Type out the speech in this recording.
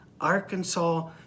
Arkansas